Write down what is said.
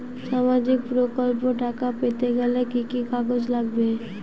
সামাজিক প্রকল্পর টাকা পেতে গেলে কি কি কাগজ লাগবে?